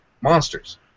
monsters